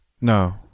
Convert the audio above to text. No